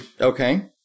Okay